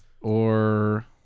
or-